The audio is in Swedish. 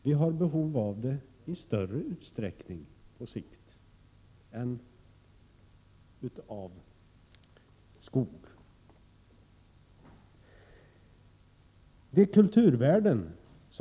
Vi har behov av det i större utsträckning på sikt än av skog.